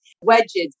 wedges